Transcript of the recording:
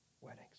weddings